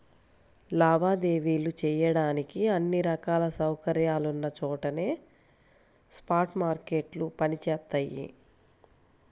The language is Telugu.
లావాదేవీలు చెయ్యడానికి అన్ని రకాల సౌకర్యాలున్న చోటనే స్పాట్ మార్కెట్లు పనిచేత్తయ్యి